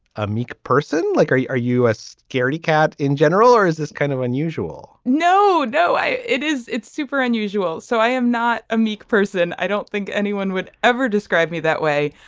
a meek person like are you are you a scaredy cat in general or is this kind of unusual no no i it is it's super unusual so i am not a meek person. i don't think anyone would ever describe me that way.